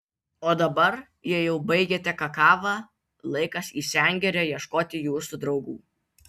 o dabar jei jau baigėte kakavą laikas į sengirę ieškoti jūsų draugų